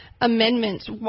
Amendments